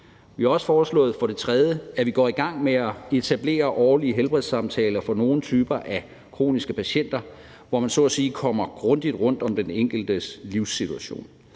tredje også foreslået, at vi går i gang med at etablere årlige helbredssamtaler for nogle typer af kroniske patienter, hvor man så at sige kommer grundigt rundt om den enkeltes livssituation.